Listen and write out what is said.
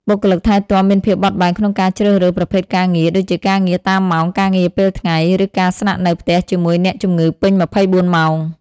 បុគ្គលិកថែទាំមានភាពបត់បែនក្នុងការជ្រើសរើសប្រភេទការងារ ដូចជាការងារតាមម៉ោង ការងារពេលថ្ងៃ ឬការស្នាក់នៅផ្ទះជាមួយអ្នកជំងឺពេញ ២៤ ម៉ោង។